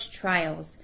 trials